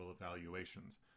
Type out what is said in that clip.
evaluations